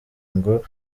ngo